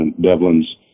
Devlin's